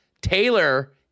Taylor